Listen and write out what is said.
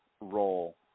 role